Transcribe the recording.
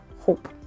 hope